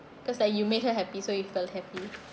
cause like you make her happy so you felt happy